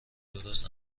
درست